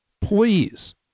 please